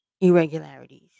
irregularities